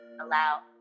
allow